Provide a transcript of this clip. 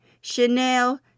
Chanel